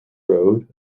road